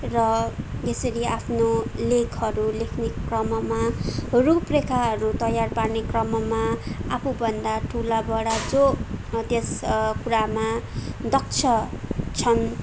र यसरी आफ्नो लेखहरू लेख्ने क्रममा रूपरेखाहरू तयार पार्ने क्रममा आफूभन्दा ठुला बडा जो त्यस कुरामा दक्ष छन्